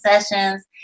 sessions